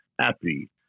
happy